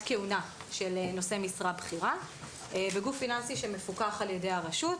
כהונה של נושא משרה בכירה בגוף פיננסי שמפוקח על ידי הרשות,